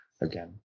again